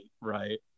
right